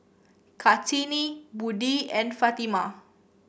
Kartini Budi and Fatimah